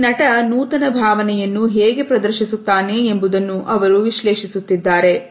ಈ ನಟ ನೂತನ ಭಾವನೆಯನ್ನು ಹೇಗೆ ಪ್ರದರ್ಶಿಸುತ್ತಾನೆ ಎಂಬುದನ್ನು ಅವರು ವಿಶ್ಲೇಷಿಸುತ್ತಿದ್ದಾರೆ